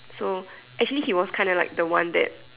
so actually he was kinda like the one that